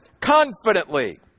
confidently